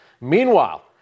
Meanwhile